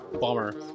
Bummer